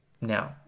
now